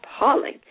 appalling